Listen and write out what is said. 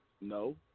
No